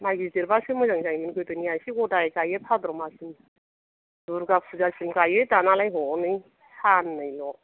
माइ गिदिरबासो मोजां जायोमोन गोदोनिया एसे गदाय गायो भाद्र माससिम दुरगा फुजासिम गायो दानालाय हनै साननैल'